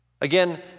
Again